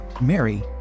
Mary